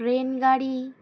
train গাড়ি